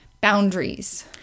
boundaries